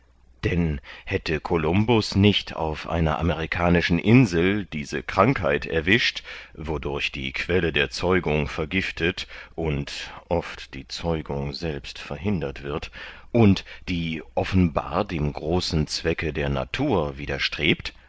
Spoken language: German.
denn hätte columbus nicht auf einer amerikanischen insel diese krankheit erwischt wodurch die quelle der zeugung vergiftet und oft die zeugung selbst verhindert wird und die offenbar dem großen zwecke der natur widerstrebt